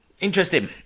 Interesting